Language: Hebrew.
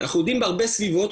אנחנו יודעים בהרבה סביבות,